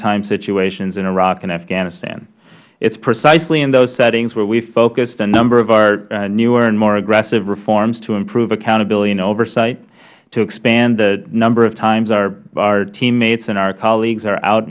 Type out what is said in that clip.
time situations in iraq and afghanistan it is precisely in those settings where we have focused a number of our newer and more aggressive reforms to improve accountability and oversight to expand the number of times our teammates and colleagues are out